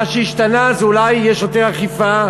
מה שהשתנה זה אולי שיש יותר אכיפה,